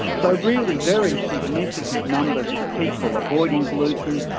so really very significant numbers of people avoiding gluten,